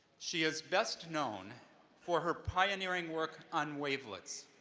she is best known for her pioneering work on wavelets,